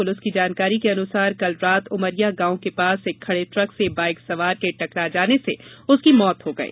police की जानकारी के अनुसार कल रात उमरिया गांव के पास एक खड़े ट्रक से बाईक सवार के टकरा जाने से उसकी मौत हो गई